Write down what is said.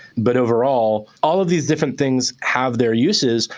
but overall, all of these different things have their uses.